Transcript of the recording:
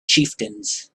chieftains